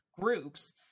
groups